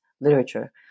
literature